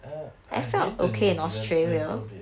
err I've been to new zealand a little bit